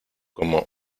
como